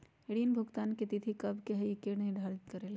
ऋण भुगतान की तिथि कव के होई इ के निर्धारित करेला?